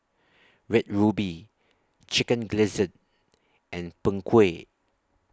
Red Ruby Chicken Gizzard and Png Kueh